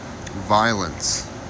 violence